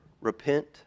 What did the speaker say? repent